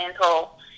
mental